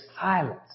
silence